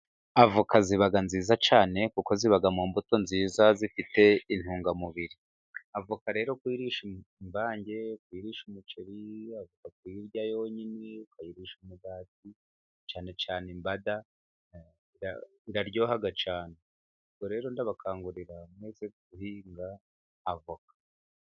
Avoka ziba nziza cyane kuko zibaga mu mbuto nziza zifite intungamubiri. Avoka rero kuyirisha imvange, kuyirisha umuceri ,avoka kuyirya yonyine, ukayirisha umugati cyane cyane imbada, biraryoha cyane. Ubwo rero ndabakangurira mwese guhinga avoka.